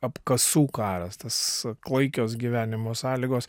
apkasų karas tas klaikios gyvenimo sąlygos